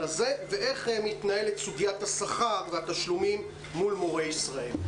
איך מתנהלת סוגיית השכר והתשלומים מול מורי ישראל?